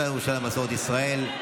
השר לירושלים ומסורת ישראל.